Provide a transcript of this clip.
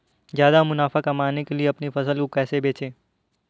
ज्यादा मुनाफा कमाने के लिए अपनी फसल को कैसे बेचें?